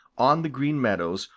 on the green meadows,